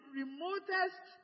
remotest